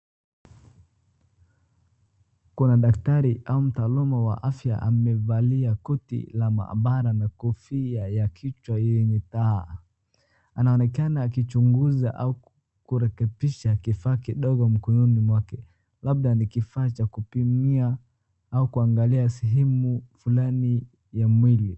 Kuna daktari au mtaaluma wa afya amevalia koti la maabara na kofia ya kichwa yenye taa. Anaonekana akichunguza au kurekebisha kifaa kidogo mkononi mwake. Labda ni kifaa cha kupimia au kuangalia sehemu fulani ya mwili.